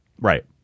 Right